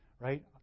right